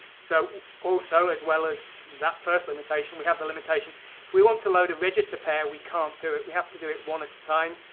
so also as well as that first limitation we have the limitation if we want to load a register pair, we can't do it. we have to do it one at a time,